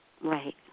Right